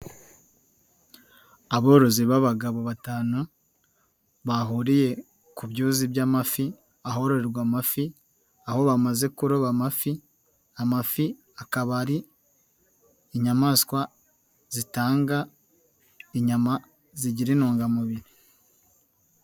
Aborozi b'abagabo batanu bahuriye ku byuzi by'amafi ahororerwa amafi aho bamaze kuroba amafi, amafi akaba ari inyamaswa zitanga inyama zigira intungamubiri.